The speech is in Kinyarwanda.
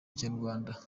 kinyarwanda